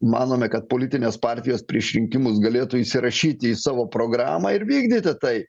manome kad politinės partijos prieš rinkimus galėtų įsirašyti į savo programą ir vykdyti tai